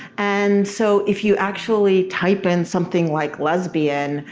and so if you actually type in something like lesbian,